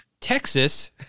Texas